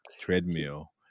treadmill